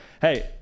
hey